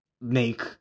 make